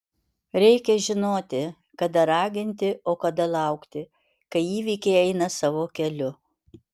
reikia žinoti kada raginti o kada laukti kai įvykiai eina savo keliu